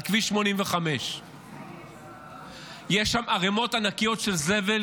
על כביש 85. יש שם ערמות ענקיות של זבל,